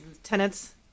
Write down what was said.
Tenants